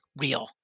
real